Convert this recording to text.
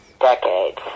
decades